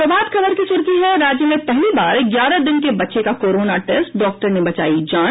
प्रभात खबर की सुर्खी है राज्य में पहली बार ग्यारह दिन के बच्चे का कोरोना टेस्ट डॉक्टरों ने बचायी जान